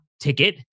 ticket